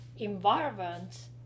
environment